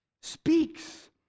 speaks